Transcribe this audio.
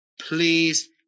please